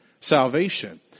salvation